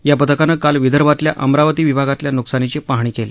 या पथकांनं काल विदर्भातल्या अमरावती विभागातल्या न्कसानीची पाहणी केली